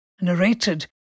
narrated